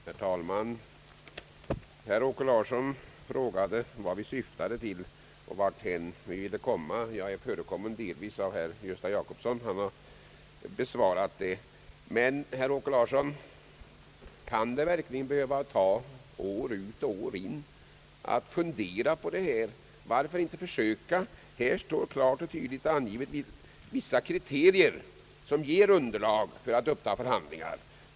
Herr talman! Herr Åke Larsson frågade vad vi syftar till och varthän vi vill komma. Jag är delvis förekommen i mitt svar av herr Gösta Jacobsson. Men, herr Åke Larsson, kan det verkligen behöva ta år ut och år in att fundera på detta? Varför inte försöka? Här anges klart och tydligt vissa kriterier som ger underlag för att uppta förhandlingar.